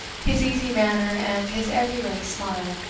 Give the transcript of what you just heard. his easy manner and his ever-ready smile,